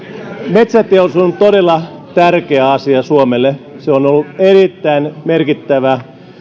metsäteollisuus on todella tärkeä asia suomelle se on ollut erittäin merkittävä